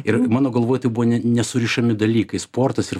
ir mano galvoj tai buvo ne nesurišami dalykai sportas ir